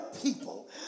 people